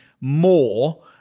more